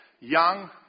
young